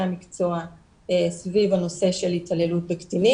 המקצוע סביב הנושא של התעללות בקטינים,